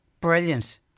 Brilliant